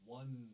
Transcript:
one